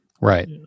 Right